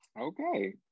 Okay